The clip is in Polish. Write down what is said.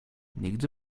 nigdy